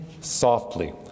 softly